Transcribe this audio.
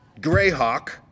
Greyhawk